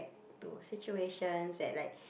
to situations at like